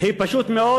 היא פשוט מאוד